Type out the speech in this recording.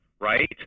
right